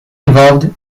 involved